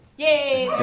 yay,